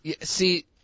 See